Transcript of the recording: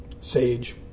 sage